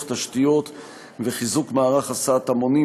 תשתיות הדרך וחיזוק מערך הסעת המונים,